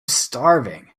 starving